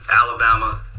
alabama